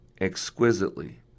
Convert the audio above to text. exquisitely